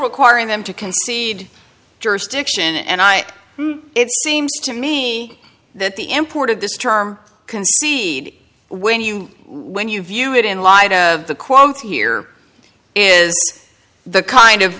requiring them to concede jurisdiction and i seems to me that the emperor did this term concede when you when you view it in light of the quote here is the kind of